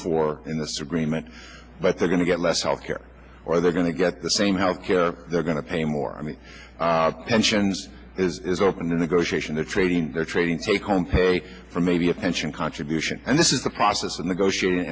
for in this agreement but they're going to get less health care or they're going to get the same health care they're going to pay more i mean pensions is open to negotiation they're trading they're trading take home pay for maybe a pension contributions and this is the process of negotiating